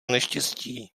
neštěstí